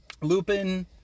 Lupin